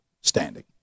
standing